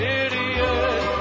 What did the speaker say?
idiot